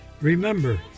Remember